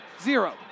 Zero